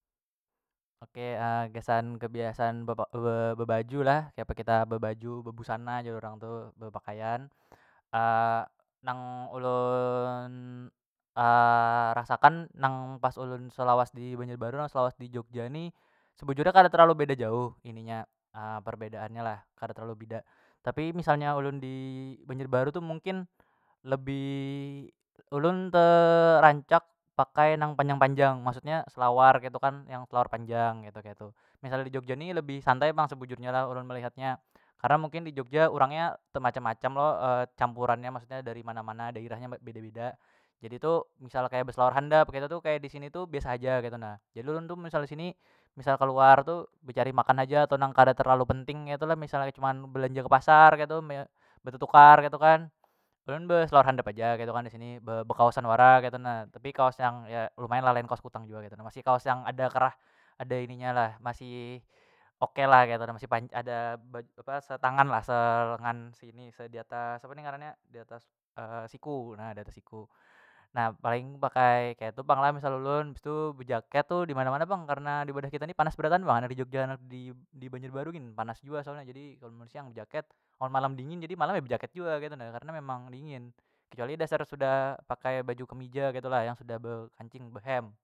Oke gasan kebiasaan bebaju lah kiapa kita bebaju bebusana jar urang tuh bepakaian nang ulun rasakan nang pas ulun selawas dibanjarbaru nang selawas dijogja ni sebujur nya kada terlalu beda jauh ini nya perbedaannya lah kada terlalu bida tapi misalnya ulun di banjarbaru tu mungkin lebih ulun terancak pakai nang panjang- panjang maksudnya selawar ketu kan selawar panjang ketu- ketu, misal di jogja ni lebih santai pang sebujurnya lah ulun melihat nya karna mungkin urang nya temacam- macam lo campurannya maksudnya dari mana- mana dairah nya beda- beda jadi tu misal kaya beselawar handap ketu tu disini tu biasa haja ketu nah, jadi ulun tu misal disini misal keluar tu becari makan haja atau nang kada terlalu penting ketu lo misalnya cuman belanja kepasar ketu betetukar ketu kan ulun beselawar handap haja ketu kan disini bekaosan wara ketu na tapi kaos yang ya lumayan lain kaos kutang jua ketu na masih kaos yang ada kerah ada ini nya lah masih okelah ketu nah masih ada setangan lah selengan seini sediatas apa ni ngarannya diatas siku na diatas siku, na paling pakai ketu pang lah misal ulun bistu bejaket tu dimana- mana pang karna diwadah kita ni panas berataan pang handak di jogja handak di banjarbaru gin panas jua soalnya jadi mun siang bejaket amun malam dingin jadi malam ya bejaket jua ketu na karna memang dingin, kecuali dasar sudah pakai baju kemija ketu lah yang sudah be kancing be hem.